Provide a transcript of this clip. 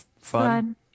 Fun